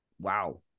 Wow